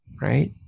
right